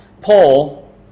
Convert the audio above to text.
Paul